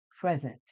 present